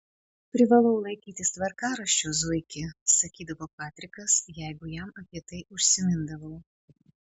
privalau laikytis tvarkaraščio zuiki sakydavo patrikas jeigu jam apie tai užsimindavau